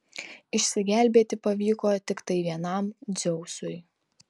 išsigelbėti pavyko tiktai vienam dzeusui